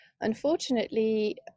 Unfortunately